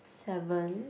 seven